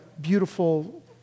beautiful